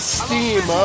steam